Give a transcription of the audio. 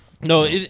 No